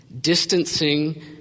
Distancing